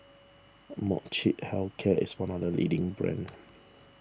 Molnylcke Health Care is one of the leading brands